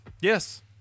Yes